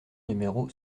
numéro